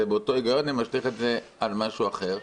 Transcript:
זה באותו היגיון ואני משליך את זה על משהו אחר.